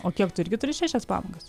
o kiek tu irgi turi šešias pamokas